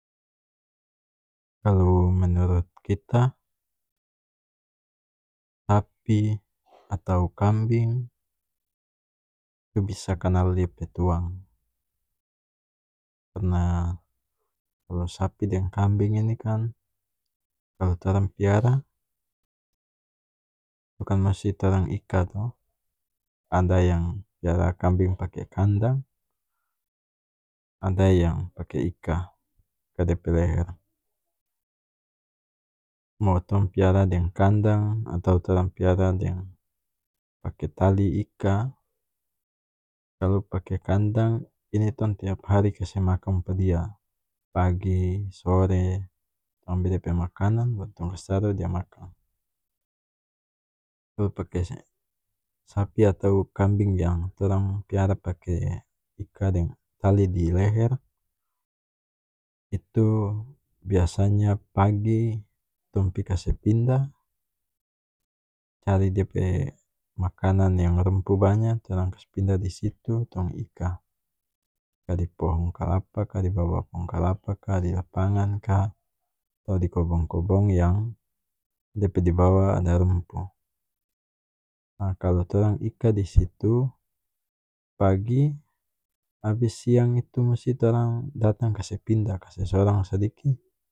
Kalu menurut kita sapi atau kambing itu bisa kanal dia pe tuang karna kalu sapi deng kambing ini kan kalu torang piara itu kan musti torang ika to ada yang piara kambing pake kandang ada yang pake ika ika dia pe leher mo tong piara deng kandang atau torang piara deng pake tali ika kalu pake kandang ini tong tiap hari kase makang pa dia pagi sore tong ambe dia pe makanan baru tong kase taru dia makang sapi atau kambing yang torang piara pake ika deng tali dileher itu biasanya pagi tong pi kase pindah cari dia pe makanang yang rumpuh banya torang kase pindah disitu tong ika ika dipohong kalapa ka dibawa pohong kalapa ka dilapangan ka atau dikobong kobong yang dia pe dibawa ada rumpuh ah kalu torang ika disitu pagi abis siang itu musi torang datang kase pindah kase sorong sadiki